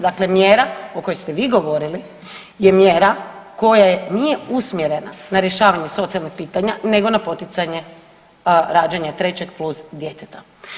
Dakle, mjera o kojoj ste vi govorili je mjera koja nije usmjerena na rješavanje socijalnih pitanja nego na poticanje rađanja trećeg plus djeteta.